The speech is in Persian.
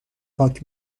پاک